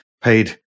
paid